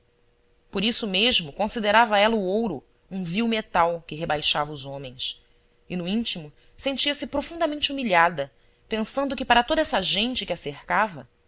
por isso mesmo considerava ela o ouro um vil metal que rebaixava os homens e no íntimo sentiase profundamente humilhada pensando que para toda essa gente que a cercava